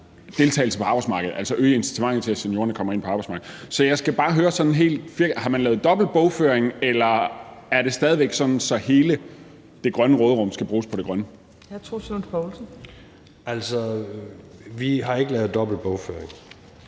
deltagelse på arbejdsmarkedet, altså øge incitamentet til, at seniorerne kommer ind på arbejdsmarkedet. Så jeg skal bare høre sådan helt firkantet: Har man lavet dobbelt bogføring, eller er det stadig sådan, at hele det grønne råderum skal bruges på det grønne? Kl. 10:40 Fjerde næstformand (Trine Torp): Hr.